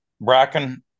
Bracken